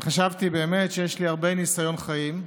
וחשבתי באמת שיש לי הרבה ניסיון חיים.